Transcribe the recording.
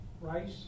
Rice